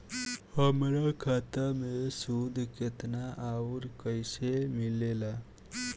हमार खाता मे सूद केतना आउर कैसे मिलेला?